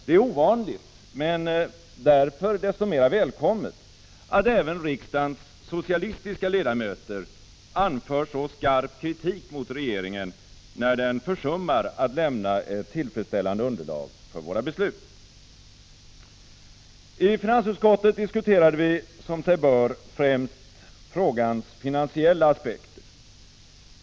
Det är ovanligt men därför desto mer välkommet att även riksdagens socialistiska ledamöter anför så skarp kritik mot regeringen när den försummar att lämna ett tillfredsställande underlag för våra beslut. I finansutskottet diskuterade vi som sig bör främst frågans finansiella aspekter.